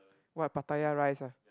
what Pattaya-Rice ah